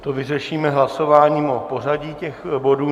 To vyřešíme hlasováním o pořadí těch bodů.